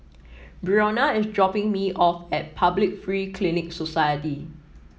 Brionna is dropping me off at Public Free Clinic Society